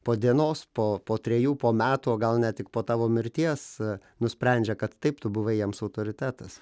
po dienos po po trejų po metų o gal net tik po tavo mirties nusprendžia kad taip tu buvai jiems autoritetas